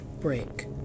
break